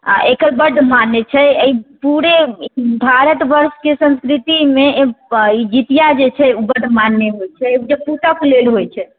आओर एकर बड्ड मान्य छै एहि पूरे भारतवर्षके संस्कृतिमे ई जितिआ जे छै बड्ड मान्य होइ छै जे पूतक लेल हइ छै